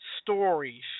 stories